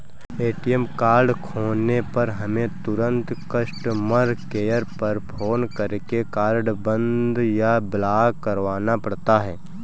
ATM card खोने पर हमें तुरंत कस्टमर केयर पर फ़ोन करके कार्ड बंद या ब्लॉक करवाना पड़ता है